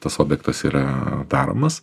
tas objektas yra daromas